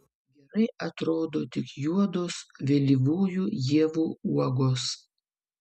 gerai atrodo tik juodos vėlyvųjų ievų uogos